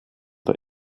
der